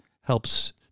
helps